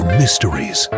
mysteries